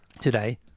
today